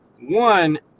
One